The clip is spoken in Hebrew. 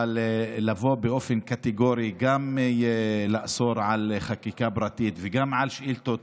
אבל לבוא באופן קטגורי ולאסור חקיקה פרטית וגם שאילתות